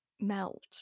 melt